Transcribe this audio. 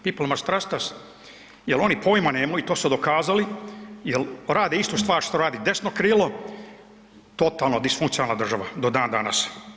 Pipl mast trast as, jer oni pojma nemaju i to su dokazali jer rade istu stvar što radi desno krilo, totalno disfunkcionalna država, do dan danas.